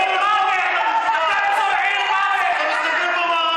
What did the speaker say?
אתם זורעים מוות.